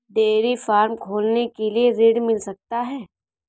Dairy farm खोलने के लिए ऋण मिल सकता है?